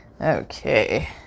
Okay